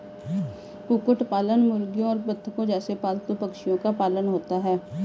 कुक्कुट पालन मुर्गियों और बत्तखों जैसे पालतू पक्षियों का पालन होता है